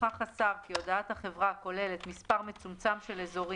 נוכח השר כי הודעת החברה כוללת מספר מצומצם של אזורים